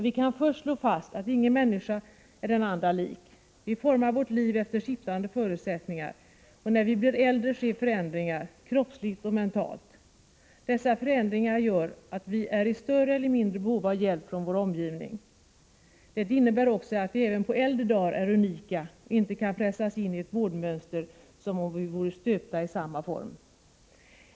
Vi kan först slå fast att ingen människa är den andra lik. Vi formar våra liv efter skiftande förutsättningar, och när vi blir äldre sker förändringar, kroppsligt och mentalt. Dessa förändringar gör att vi är i större eller mindre behov av hjälp från vår omgivning. Det innebär också att vi även på äldre dagar är unika och inte kan pressas in i ett vårdmönster, som om vi vore stöpta i samma form.